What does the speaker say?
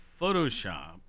Photoshop